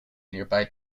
nearby